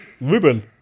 Ruben